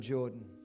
Jordan